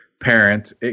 parents